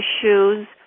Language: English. issues